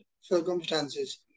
circumstances